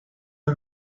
are